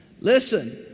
Listen